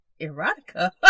erotica